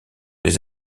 les